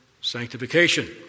sanctification